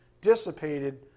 dissipated